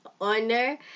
honor